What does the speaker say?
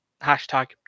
hashtag